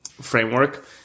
framework